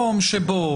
אני אומר עוד פעם,